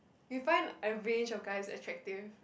you find a range of guys attractive